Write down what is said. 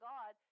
God